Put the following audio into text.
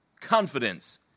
Confidence